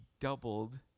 doubled